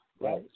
Right